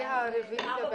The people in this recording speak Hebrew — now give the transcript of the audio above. הדיווח?